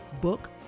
book